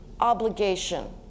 obligation